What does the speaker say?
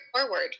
forward